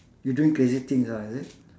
you doing crazy things ah is it